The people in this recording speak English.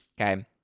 Okay